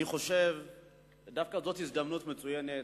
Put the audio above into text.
זוהי דווקא הזדמנות מצוינת,